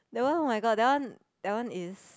that one [oh]-my-god that one that one is